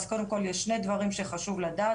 קודם כל יש שני דברים שחשוב לדעת,